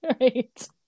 Right